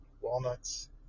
walnuts